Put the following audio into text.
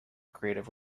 creative